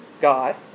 God